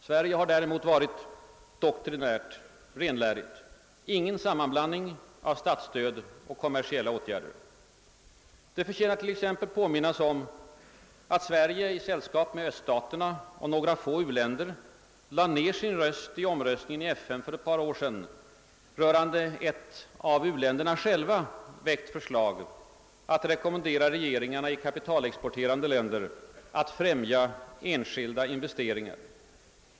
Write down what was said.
Sverige har däremot varit doktrinärt renlärigt: ingen sammanblandning av statsstöd och kommersiella åtgärder. Det förtjänar t.ex. påminnas om att Sverige i sällskap med öststaterna och några få u-länder lade ned sin röst vid omröstningen i FN för ett par år sedan rörande ett av u-länderna väckt förslag att rekommendera regeringarna i kapitalexporterande länder att främja enskilda investeringar.